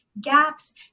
gaps